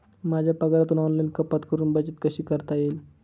माझ्या पगारातून ऑनलाइन कपात करुन बचत कशी करता येईल?